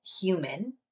human